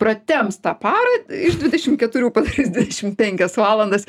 pratemps tą parą iš dvidešim keturių padarys dvidešim penkias valandas